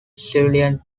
civilian